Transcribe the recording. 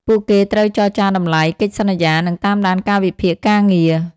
ពួកគេត្រូវចរចារតម្លៃ កិច្ចសន្យា និងតាមដានកាលវិភាគការងារ។